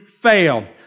fail